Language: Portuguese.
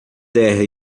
terra